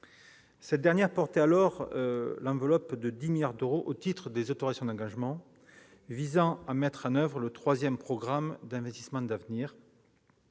Elle comportait alors une enveloppe de 10 milliards d'euros au titre des autorisations d'engagement visant à mettre en oeuvre le troisième programme d'investissements d'avenir.